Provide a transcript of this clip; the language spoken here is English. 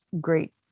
great